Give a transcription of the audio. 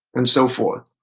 and so forth.